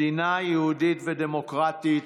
מדינה יהודית ודמוקרטית,